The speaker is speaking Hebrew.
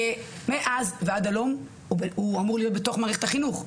ומאז ועד היום הוא אמור להיות בתוך מערכת החינוך,